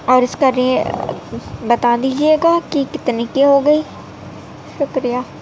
اور اس کا رے بتا دیجیے گا کہ کتنے کی ہو گئی شکریہ